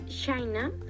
China